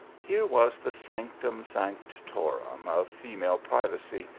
here was the sanc tum sanctorum of female privacy,